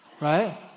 right